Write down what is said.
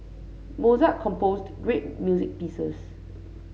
Mozart composed great music pieces